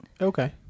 Okay